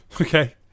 Okay